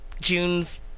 june's